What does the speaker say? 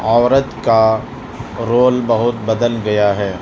عورت کا رول بہت بدل گیا ہے